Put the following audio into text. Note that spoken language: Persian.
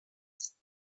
است